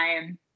time